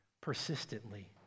persistently